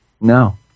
No